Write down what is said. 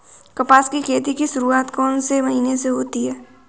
कपास की खेती की शुरुआत कौन से महीने से होती है?